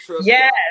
Yes